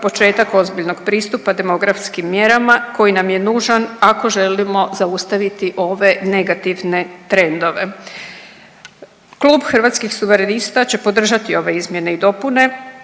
početak ozbiljnog pristupa demografskim mjerama koji nam je nužan ako želimo zaustaviti ove negativne trendove. Klub Hrvatskih suverenista će podržati ove izmjene i dopune